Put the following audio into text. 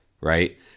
Right